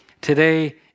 today